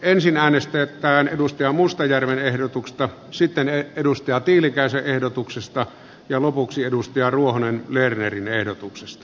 ensin äänestetään markus mustajärven ehdotuksesta sitten kimmo tiilikaisen ehdotuksesta ja lopuksi pirkko ruohonen lernerin ehdotuksesta